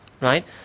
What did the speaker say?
right